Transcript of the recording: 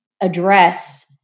address